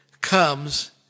comes